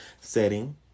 setting